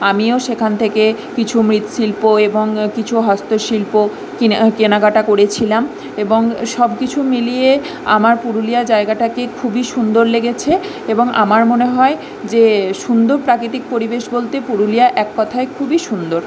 আমিও সেখান থেকে কিছু মৃৎশিল্প এবং কিছু হস্তশিল্প কেনাকাটা করেছিলাম এবং সব কিছু মিলিয়ে আমার পুরুলিয়া জায়গাটাকে খুবই সুন্দর লেগেছে এবং আমার মনে হয় যে সুন্দর প্রাকৃতিক পরিবেশ বলতে পুরুলিয়া এক কথায় খুবই সুন্দর